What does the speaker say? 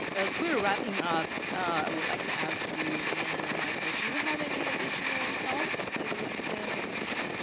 and as we're wrapping up, i would like to ask you, lee ann and michael, do you have any additional thoughts that you would like to make,